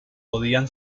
podían